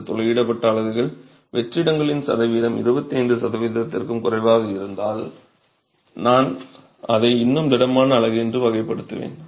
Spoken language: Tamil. இந்த துளையிடப்பட்ட அலகுகள் வெற்றிடங்களின் சதவீதம் 25 சதவீதத்திற்கும் குறைவாக இருந்தால் நான் அதை இன்னும் திடமான அலகு என்று வகைப்படுத்துவேன்